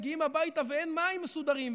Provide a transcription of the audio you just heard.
מגיעים הביתה ואין מים מסודרים,